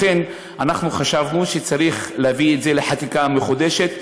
לכן חשבנו שצריך להביא את זה לחקיקה מחודשת,